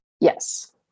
Yes